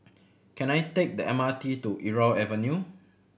can I take the M R T to Irau Avenue